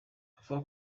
avuga